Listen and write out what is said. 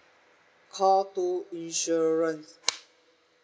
call two insurance